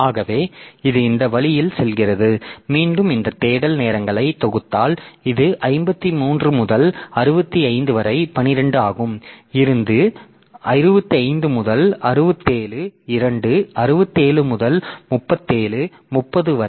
ஆகவே இது இந்த வழியில் செல்கிறது மீண்டும் இந்த தேடல் நேரங்களை தொகுத்தால் இது 53 முதல் 65 வரை 12 ஆகும் இருந்து 65 முதல் 67 2 67 முதல் 37 30 வரை